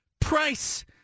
price